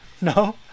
no